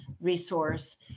resource